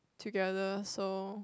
together so